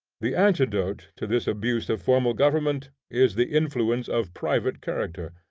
the antidote to this abuse of formal government is the influence of private character,